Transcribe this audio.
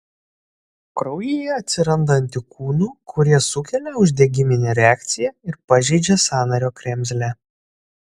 kraujyje atsiranda antikūnų kurie sukelia uždegiminę reakciją ir pažeidžia sąnario kremzlę